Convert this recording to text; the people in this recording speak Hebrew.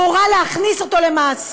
הוא הורה להכניס אותו למאסר.